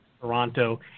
Toronto